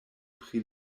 pri